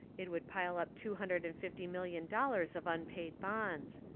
it would pile up two hundred and fifty million dollars of unpaid bonds.